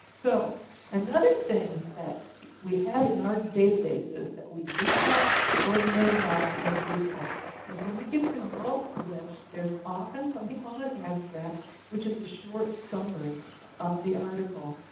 so another thing that we have in our databases that we do not ordinarily have in google is when you get results list there's often something called an abstract which is a short summary of the article.